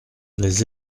les